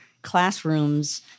classrooms